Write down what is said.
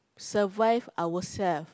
survive ourselves